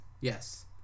Yes